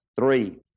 Three